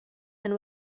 and